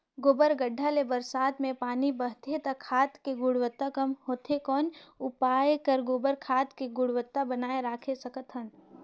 गोबर गढ्ढा ले बरसात मे पानी बहथे त खाद के गुणवत्ता कम होथे कौन उपाय कर गोबर खाद के गुणवत्ता बनाय राखे सकत हन?